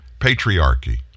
patriarchy